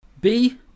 B-